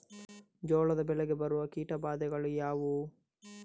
ಜೋಳದ ಬೆಳೆಗೆ ಬರುವ ಕೀಟಬಾಧೆಗಳು ಯಾವುವು?